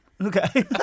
Okay